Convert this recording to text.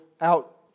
out